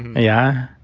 yeah